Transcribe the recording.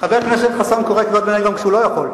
חבר הכנסת חסון קורא קריאות ביניים גם כשהוא לא יכול.